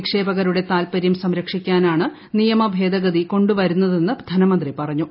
നിക്ഷേപകരുടെ താൽപര്യം സംരക്ഷിക്കാനാണ് നിയമ ഭേദഗതി കൊണ്ടു വരുന്നതെന്ന് ധനമന്ത്രി പറഞ്ഞു